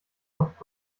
topf